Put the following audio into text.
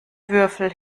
würfel